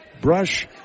Brush